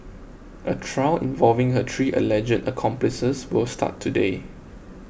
a trial involving her three alleged accomplices will start today